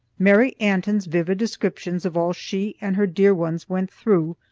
mary antin's vivid description of all she and her dear ones went through,